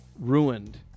ruined